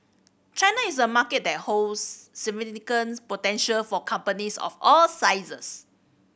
China is a market that holds significant potential for companies of all sizes